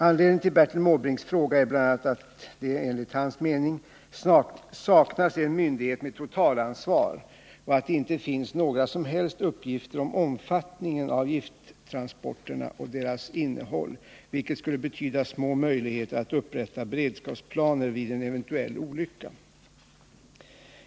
Anledningen till Bertil Måbrinks fråga är bl.a. att det — enligt hans mening — saknas en myndighet med totalansvar och att det inte finns några som helst uppgifter om omfattningen av gifttransporterna och om deras innehåll, vilket skulle betyda små möjligheter att upprätta beredskapsplaner vid en eventuell olycka.